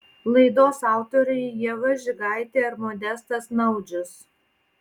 laidos autoriai ieva žigaitė ir modestas naudžius